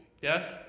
yes